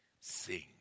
sing